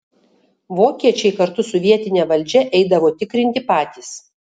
vokiečiai kartu su vietine valdžia eidavo tikrinti patys